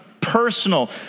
personal